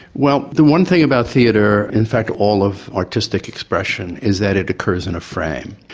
well the one thing about theatre in fact all of artistic expression is that it occurs in a frame,